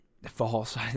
False